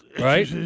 Right